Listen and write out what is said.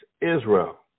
Israel